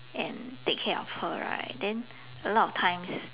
and take care of her right then a lot of times